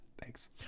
Thanks